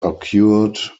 occurred